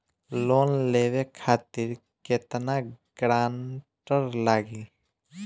Loan लेवे खातिर केतना ग्रानटर लागी?